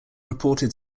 reported